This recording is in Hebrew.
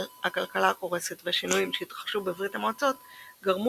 אבל הכלכלה הקורסת והשינויים שהתרחשו בברית המועצות גרמו